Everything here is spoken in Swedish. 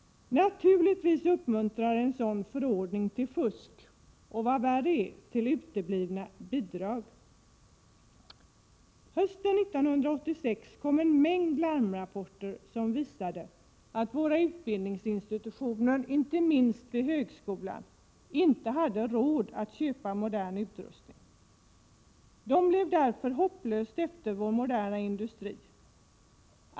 Naturligtvis uppmuntrar en sådan förordning till fusk, och vad värre är, till uteblivna bidrag. Hösten 1986 kom en mängd larmrapporter som visade att våra utbildningsinstitutioner, inte minst vid högskolan, inte hade råd att köpa modern utrustning. De blev därför hopplöst efter vår moderna industri.